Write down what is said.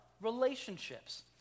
relationships